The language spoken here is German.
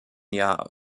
jahr